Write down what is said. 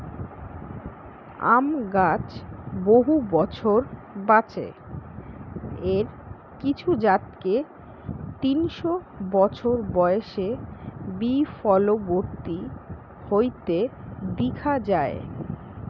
আম গাছ বহু বছর বাঁচে, এর কিছু জাতকে তিনশ বছর বয়সে বি ফলবতী হইতে দিখা যায়